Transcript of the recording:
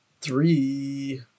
three